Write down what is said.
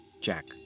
Jack